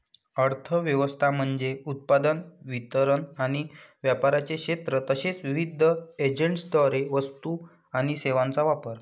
अर्थ व्यवस्था म्हणजे उत्पादन, वितरण आणि व्यापाराचे क्षेत्र तसेच विविध एजंट्सद्वारे वस्तू आणि सेवांचा वापर